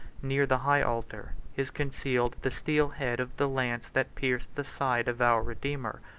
near the high altar, is concealed the steel head of the lance that pierced the side of our redeemer.